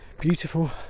beautiful